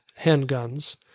handguns